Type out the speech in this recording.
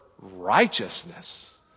righteousness